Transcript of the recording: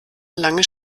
lange